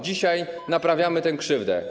Dzisiaj naprawiamy tę krzywdę.